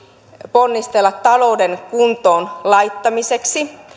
ponnistella talouden kuntoon laittamiseksi